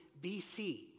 BC